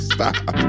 Stop